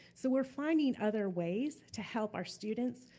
so we're finding other ways to help our students,